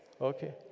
Okay